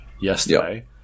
yesterday